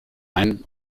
rein